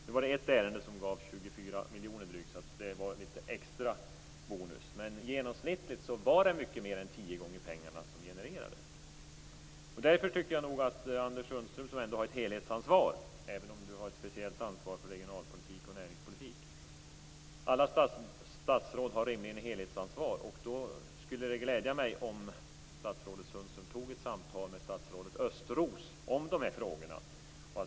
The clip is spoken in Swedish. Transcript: Det var ett ärende som gav drygt 24 miljoner, så det blev litet extra bonus. Men genomsnittligt var det mycket mer än tio gånger pengarna som genererades. Anders Sundström har ändå ett helhetsansvar, även om han har ett speciellt ansvar för regionalpolitik och näringspolitik. Alla statsråd har rimligen ett helhetsansvar. Det skulle glädja mig om statsrådet Sundström tog ett samtal med statsrådet Östros om de här frågorna.